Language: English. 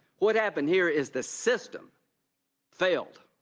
what happened here is the system failed.